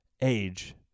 age